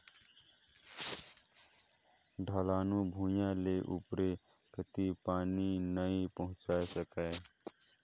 ढलानू भुइयां ले उपरे कति पानी नइ पहुचाये सकाय